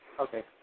Okay